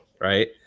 right